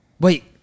Wait